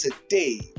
today